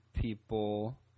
people